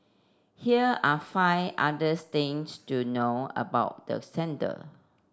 here are five other things to know about the centre